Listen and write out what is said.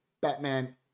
Batman